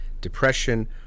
depression